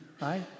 Right